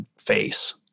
face